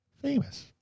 famous